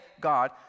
God